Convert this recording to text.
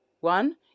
One